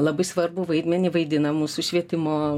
labai svarbų vaidmenį vaidina mūsų švietimo